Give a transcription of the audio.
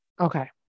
Okay